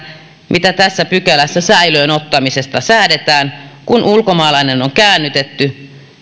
mitä tässä pykälässä säilöön ottamisesta säädetään kun ulkomaalainen on käännytetty